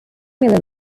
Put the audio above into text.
miller